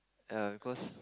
ya because